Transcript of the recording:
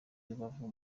rubavu